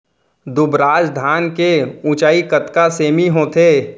दुबराज धान के ऊँचाई कतका सेमी होथे?